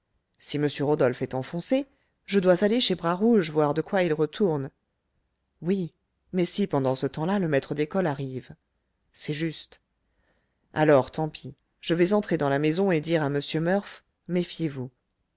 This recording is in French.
si m rodolphe est enfoncé je dois aller chez bras rouge voir de quoi il retourne oui mais si pendant ce temps-là le maître d'école arrive c'est juste alors tant pis je vais entrer dans la maison et dire à m murph méfiez-vous